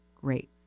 great